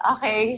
Okay